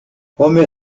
omer